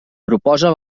proposa